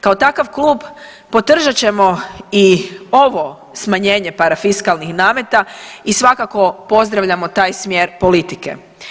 Kao takav klub podržat ćemo i ovo smanjenje parafiskalnih nameta i svakako pozdravljamo taj smjer politike.